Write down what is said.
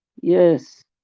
yes